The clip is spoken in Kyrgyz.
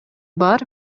бар